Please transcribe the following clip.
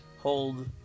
hold